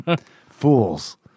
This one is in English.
Fools